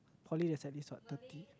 poly is at least what thirty